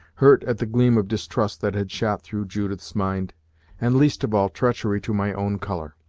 hurt at the gleam of distrust that had shot through judith's mind and least of all, treachery to my own color.